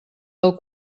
del